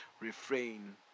refrain